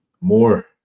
more